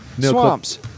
Swamps